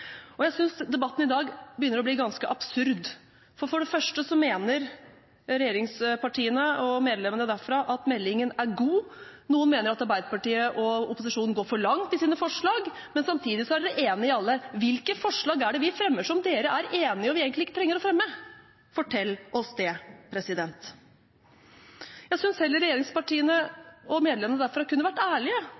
Jeg synes debatten i dag begynner å bli ganske absurd. For det første så mener regjeringspartiene og medlemmene derfra at meldingen er god. Noen mener at Arbeiderpartiet og opposisjonen går for langt i sine forslag, men samtidig er de enig i alle. Hvilke forslag er det vi fremmer som de er enige i, og som vi egentlig ikke trenger å fremme? Det må de fortelle oss. Jeg synes heller regjeringspartiene og medlemmene derfra kunne vært ærlige